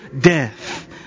death